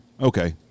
Okay